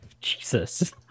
Jesus